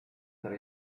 tra